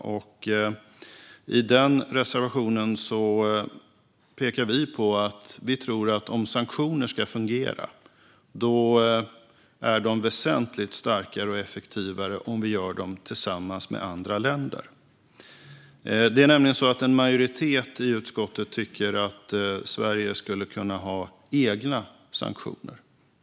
I den reservationen pekar vi på vad vi tror är väsentligt för att sanktioner ska fungera. Sanktioner är väsentligt starkare och effektivare om vi gör dem tillsammans med andra länder. Det är nämligen så att en majoritet i utskottet tycker att Sverige skulle kunna ha egna sanktioner.